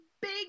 big